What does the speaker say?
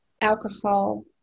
alcohol